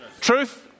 Truth